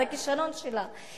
הכשרון שלה,